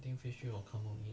individual